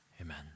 amen